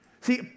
See